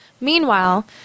Meanwhile